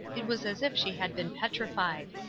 it was as if she had been petrified.